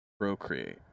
Procreate